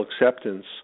acceptance